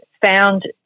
found